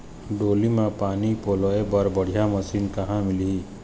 डोली म पानी पलोए बर बढ़िया मशीन कहां मिलही?